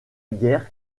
guerre